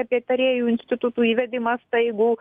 apie tarėjų instituto įvedimą staigų